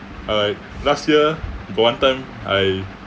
uh like last year got one time I